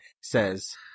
says